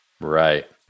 Right